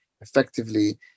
effectively